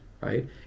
right